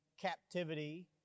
captivity